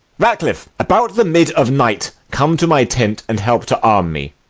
ratcliff, about the mid of night come to my tent and help to arm me.